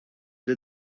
did